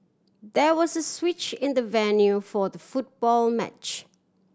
there was a switch in the venue for the football match